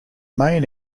main